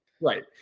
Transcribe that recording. Right